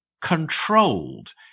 controlled